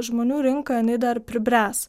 žmonių rinka jinai dar pribręs